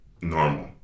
normal